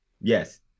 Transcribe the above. yes